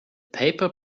paper